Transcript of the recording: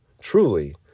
Truly